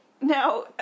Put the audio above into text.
Now